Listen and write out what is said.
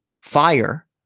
Fire